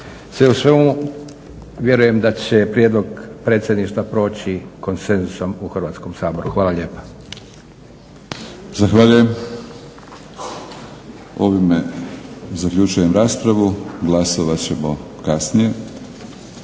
Sve u svemu vjerujem da će prijedlog predsjedništva proći konsenzusom u Hrvatskom saboru. Hvala lijepa. **Batinić, Milorad (HNS)** Zahvaljujem. Ovime zaključujem raspravu, glasovat ćemo kasnije.